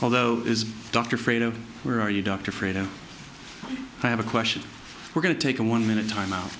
although is dr afraid oh where are you dr frieda i have a question we're going to take a one minute time out